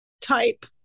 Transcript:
type